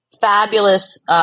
fabulous